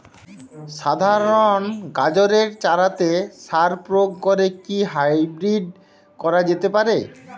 সাধারণ গাজরের চারাতে সার প্রয়োগ করে কি হাইব্রীড করা যেতে পারে?